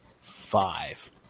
five